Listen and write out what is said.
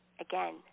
Again